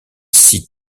six